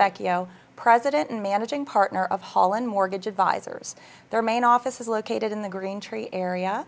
iau president and managing partner of holland mortgage advisors their main office is located in the greentree area